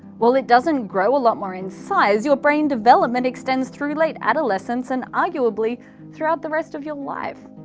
while it doesn't grow a lot more in size, your brain development extends through late adolescence, and arguably throughout the rest of your life.